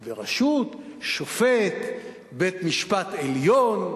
היא בראשות שופט בית-המשפט העליון,